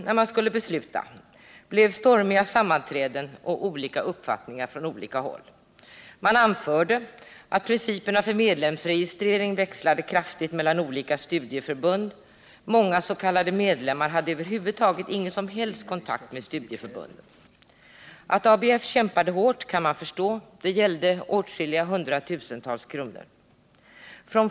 När man skulle besluta blev det stormiga sammanträden, och det framkom olika uppfattningar på olika håll. Man anförde att principerna för medlemsregistrering växlade kraftigt mellan olika studieförbund. Många s.k. medlemmar hade över huvud taget ingen som helst kontakt med studieförbunden. Att ABF kämpade hårt kan man förstå. Det gällde åtskilliga hundratusentals kronor.